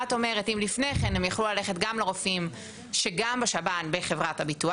את אומרת אם לפני כן הם יכלו ללכת גם לרופאים שגם בשב"ן בחברת הביטוח